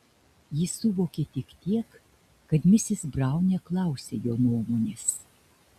jis suvokė tik tiek kad misis braun neklausia jo nuomonės